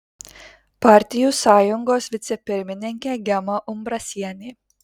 partijų sąjungos vicepirmininkė gema umbrasienė